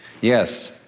yes